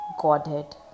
Godhead